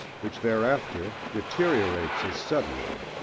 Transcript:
which thereafter deteriorates as suddenly,